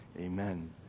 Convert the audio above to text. Amen